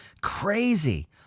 Crazy